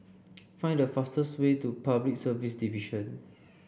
find the fastest way to Public Service Division